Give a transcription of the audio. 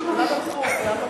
כולם הלכו.